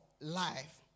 life